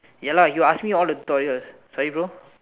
ya lah he will ask me all the tutorial sorry bro